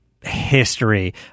history